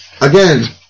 Again